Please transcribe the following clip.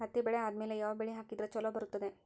ಹತ್ತಿ ಬೆಳೆ ಆದ್ಮೇಲ ಯಾವ ಬೆಳಿ ಹಾಕಿದ್ರ ಛಲೋ ಬರುತ್ತದೆ?